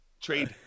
trade